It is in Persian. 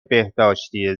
بهداشتی